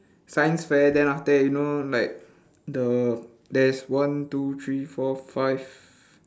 science fair then after that you know like the there is one two three four five